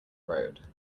road